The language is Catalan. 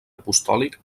apostòlic